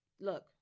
look